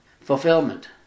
fulfillment